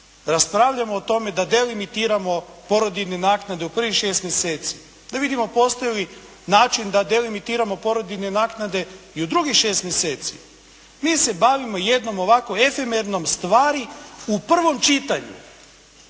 raspravljamo o tome da delimitiramo porodiljne naknade u prvih šest mjeseci, da vidimo postoji li način da delimitiramo porodiljne naknade i u drugih šest mjeseci, mi se bavimo jednom ovakvom efermernom stvari u prvom čitanju.